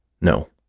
No